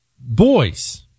boys